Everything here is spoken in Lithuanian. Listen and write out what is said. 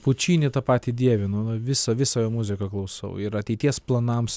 pučinį tą patį dievinu va visą visą jo muziką klausau ir ateities planams